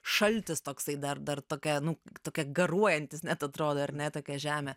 šaltis toksai dar dar tokia nu tokia garuojantis net atrodo ar ne tokia žemė